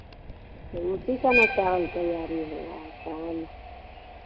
तो उसी का ना चावल तैयार ना होगा चावल